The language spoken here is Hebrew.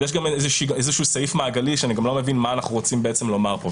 אז יש איזשהו סעיף מעגלי שאני גם לא מבין מה אנחנו רוצים בעצם לומר פה.